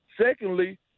Secondly